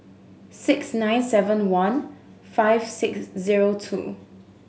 six nine seven one five six zero two